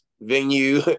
venue